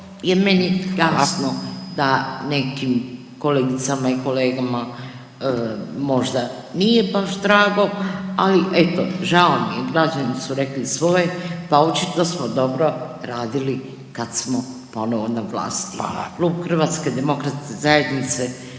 je meni jasno da nekim kolegicama i kolegama možda nije baš drago, ali eto žao mi je građani su rekli svoje pa očito smo dobro radili kad smo ponovo na vlasti. …/Upadica Radin: